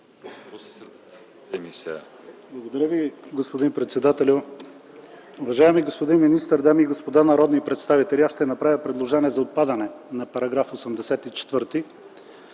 Благодаря, господин председателю. Уважаеми господин министър, дами и господа народни представители! Аз ще направя предложение за отпадане на § 84